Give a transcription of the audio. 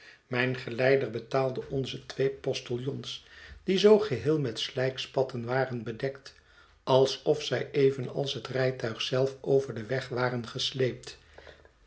mijn geleider betaalde onze twee postiljons die zoo geheel met slijkspatten waren bedekt alsof zij evenals het rijtuig zelf over den weg waren gesleept